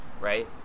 right